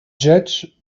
judge